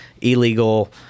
illegal